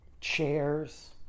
Chairs